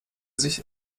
sich